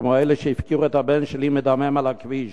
כמו אלה שהפקירו את הבן שלי מדמם על הכביש.